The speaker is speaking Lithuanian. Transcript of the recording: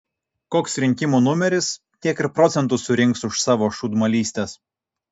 koks rinkimų numeris tiek ir procentų surinks už savo šūdmalystes